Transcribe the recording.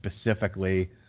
specifically